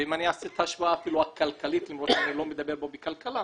ואם אני אעשה את ההשוואה אפילו הכלכלית למרות שאני לא מדבר פה בכלכלה